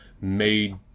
made